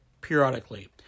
periodically